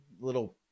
little